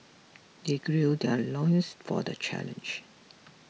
they gird their loins for the challenge